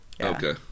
Okay